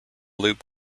loop